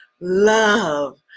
love